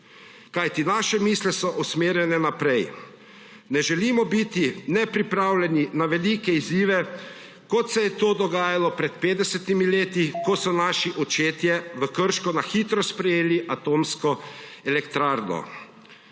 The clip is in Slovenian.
kajti naše misli so usmerjene naprej. Ne želimo biti nepripravljeni na velike izzive, kot se je to dogajalo pred 50 leti, ko so naši očetje v Krško na hitro sprejeli atomsko elektrarno.